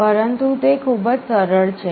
પરંતુ તે ખૂબ જ સરળ છે